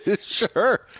Sure